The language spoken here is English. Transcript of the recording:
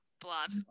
blood